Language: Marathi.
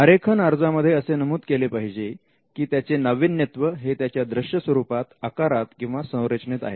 आरेखन अर्जामध्ये असे नमूद केले पाहिजे की त्याचे नाविन्यत्व हे त्याच्या दृश्य स्वरूपात आकारात किंवा संरचनेत आहे